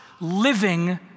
living